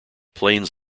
planes